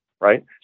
right